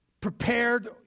prepared